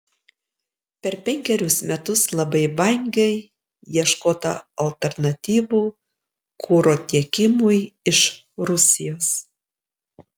per penkerius metus labai vangiai ieškota alternatyvų kuro tiekimui iš rusijos